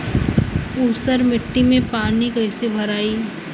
ऊसर मिट्टी में पानी कईसे भराई?